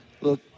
Look